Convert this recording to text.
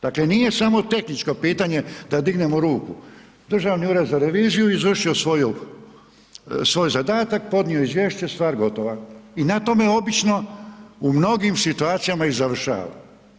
Dakle, nije samo tehničko pitanje da dignemo ruku, državni ured za reviziju, izvršio svoj zadatak, podnio izvješće stvar gotova i na tome obično, u mnogim situacijama i završava.